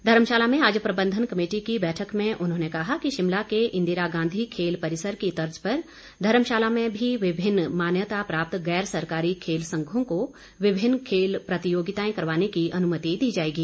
धर्मशाला में आज प्रबंधन कमेटी की बैठक में उन्होंने कहा कि शिमला के इंदिरा गांधी खेल परिसर की तर्ज पर धर्मशाला में भी विभिन्न मान्यता प्राप्त गैर सरकारी खेल संघों को विभिन्न खेल प्रतियोगिताएं करवाने की अनुमति दी जाएगी